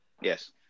Yes